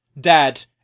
dad